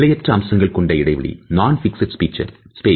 நிலையற்ற அம்சங்கள் கொண்ட இடைவெளி non fixed feature space